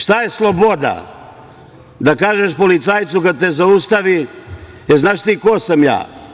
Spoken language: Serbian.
Šta je sloboda, da kažeš policajcu kad te zaustavi –jel znaš ti ko sam ja?